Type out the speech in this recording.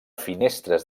finestres